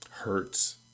hurts